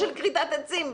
בנושא של כריתת עצים.